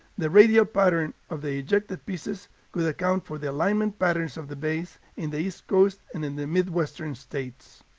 the radial pattern of the ejected pieces could account for the alignment patterns of the bays in the east coast and in the midwestern states.